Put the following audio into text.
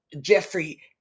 Jeffrey